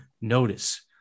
notice